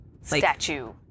statue